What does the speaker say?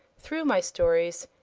through my stories,